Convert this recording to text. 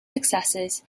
successes